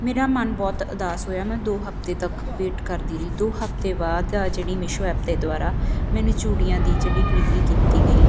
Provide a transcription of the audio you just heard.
ਮੇਰਾ ਮਨ ਬਹੁਤ ਉਦਾਸ ਹੋਇਆ ਮੈਂ ਦੋ ਹਫ਼ਤੇ ਤੱਕ ਵੇਟ ਕਰਦੀ ਰਹੀ ਦੋ ਹਫ਼ਤੇ ਬਾਅਦ ਆ ਜਿਹੜੀ ਮੀਸ਼ੋ ਐਪ ਦੇ ਦੁਆਰਾ ਮੈਨੂੰ ਚੂੜੀਆਂ ਦੀ ਜਿਹੜੀ ਡਿਲੀਵਰੀ ਕੀਤੀ ਗਈ